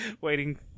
waiting